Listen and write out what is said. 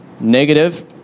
Negative